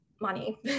money